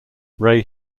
ray